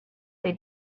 they